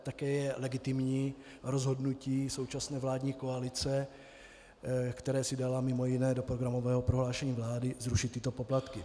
Také je legitimní rozhodnutí současné vládní koalice, které si dala mj. do programového prohlášení vlády zrušit tyto poplatky.